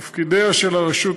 תפקידיה של הרשות,